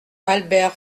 albert